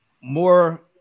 more